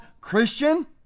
Christian